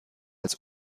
als